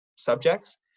subjects